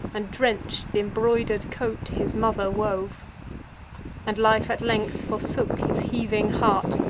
and drench'd th' imbroider'd coat his mother wove and life at length forsook his heaving heart,